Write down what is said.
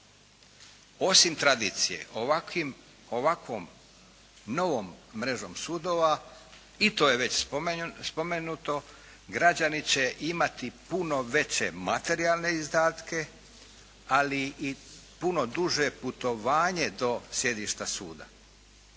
Osim tradicije ovakvim, ovakvom novom mrežom sudova i to je već spomenuto građani će imati puno veće materijalne izdatke ali i puno duže putovanje do sjedišta suda.